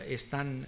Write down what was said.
están